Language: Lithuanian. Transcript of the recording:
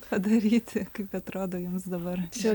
padaryti kaip atrodo jums dabar čia